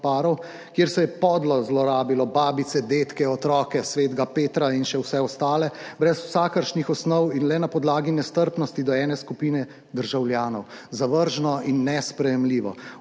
kjer se je podlo zlorabilo babice, dedke, otroke, svetega Petra in še vse ostale brez vsakršnih osnov in le na podlagi nestrpnosti do ene skupine državljanov, zavržno in nesprejemljivo.